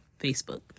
Facebook